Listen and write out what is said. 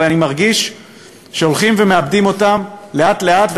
אבל אני מרגיש שהולכים ומאבדים אותם לאט-לאט,